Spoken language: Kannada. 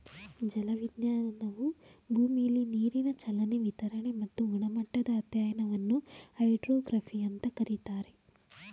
ಜಲವಿಜ್ಞಾನವು ಭೂಮಿಲಿ ನೀರಿನ ಚಲನೆ ವಿತರಣೆ ಮತ್ತು ಗುಣಮಟ್ಟದ ಅಧ್ಯಯನವನ್ನು ಹೈಡ್ರೋಗ್ರಫಿ ಅಂತ ಕರೀತಾರೆ